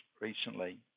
recently